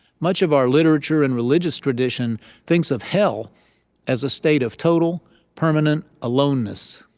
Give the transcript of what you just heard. much of our literature and religious tradition thinks of hell as a state of total permanent aloneness.